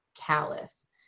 callous